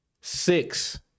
Six